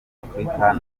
afurika